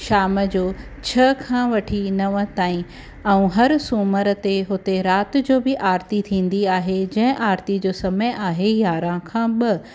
शाम जो छ्ह खां वठी नव ताईं ऐं हर सूमर ते हुते राति जो बि आरती थींदी आहे जंहिं आरती जो समय आहे यारहं खां ॿ